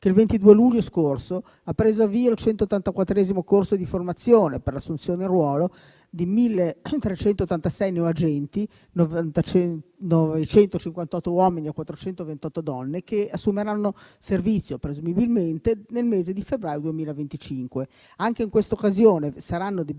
che il 22 luglio scorso ha preso avvio il 184° corso di formazione per l'assunzione in ruolo di 1.386 agenti (958 uomini e 428 donne) che assumeranno servizio presumibilmente nel mese di febbraio 2025. Anche in questa occasione saranno debitamente